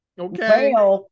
okay